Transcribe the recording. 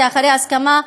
זה אחרי הסכמה,